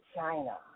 China